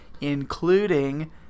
including